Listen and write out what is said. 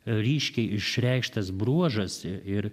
ryškiai išreikštas bruožas ir